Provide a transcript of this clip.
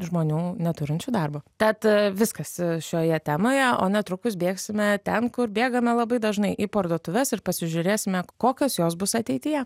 žmonių neturinčių darbo tad viskas šioje temoje o netrukus bėgsime ten kur bėgame labai dažnai į parduotuves ir pasižiūrėsime kokios jos bus ateityje